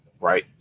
right